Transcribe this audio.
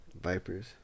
Vipers